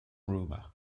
burma